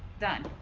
done.